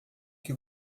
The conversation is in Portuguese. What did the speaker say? que